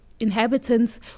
inhabitants